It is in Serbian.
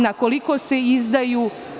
Na koliko se izdaju?